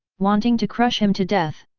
wanting to crush him to death.